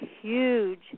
huge